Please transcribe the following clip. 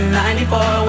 94